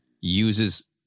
uses